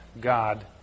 God